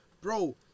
bro